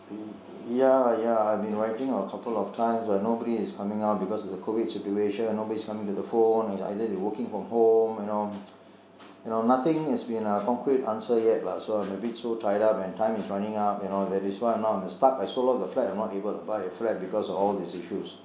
mm ya ya I've been writing a couple of times but nobody is coming out because of the CO_VI_D situation nobody's coming to the phone it's either they are working from home you know you know nothing's been a concrete answer yet lah so I am a bit so tied up and time is running up you know that is why now I am stuck for so long with a flat I am not able to buy a flat because of all these issues